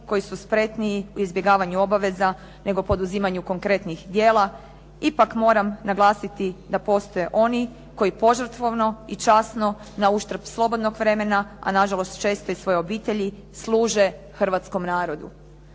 koji su spretniji u izbjegavanju obaveza nego poduzimanju konkretnih djela. Ipak moram naglasiti da postoje oni koji požrtvovno i časno na uštrb slobodnog vremena a nažalost često i svoje obitelji službe hrvatskom narodu.